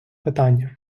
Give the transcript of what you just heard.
питання